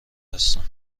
هستم